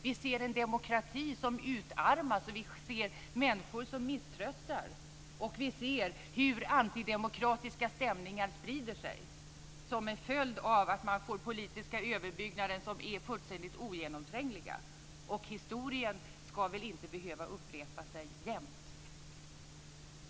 Vi ser en demokrati som utarmas. Vi ser människor som misströstar. Och vi ser hur antidemokratiska stämningar sprider sig som en följd av att man får politiska överbyggnader som är fullständigt ogenomträngliga. Historien ska väl inte behöva upprepa sig jämt.